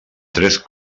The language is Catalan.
tres